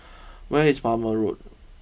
where is Palmer Road